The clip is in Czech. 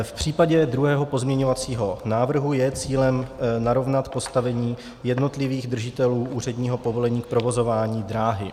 V případě druhého pozměňovacího návrhu je cílem narovnat postavení jednotlivých držitelů úředního povolení k provozování dráhy.